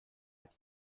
hat